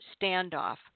standoff